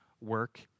work